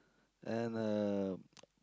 and a